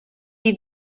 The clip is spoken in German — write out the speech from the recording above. die